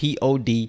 POD